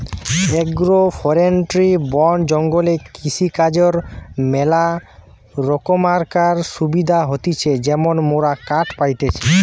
agro forestry বন জঙ্গলে কৃষিকাজর ম্যালা রোকমকার সুবিধা হতিছে যেমন মোরা কাঠ পাইতেছি